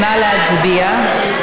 נא להצביע.